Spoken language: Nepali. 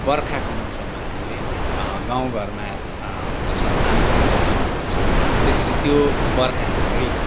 बर्खाको मौसममा हामीले गाउँ घरमा जसरी धान रोप्ने सिजनहरू आउँछ त्यसरी त्यो बर्खा झरी